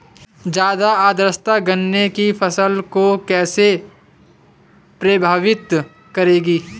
ज़्यादा आर्द्रता गन्ने की फसल को कैसे प्रभावित करेगी?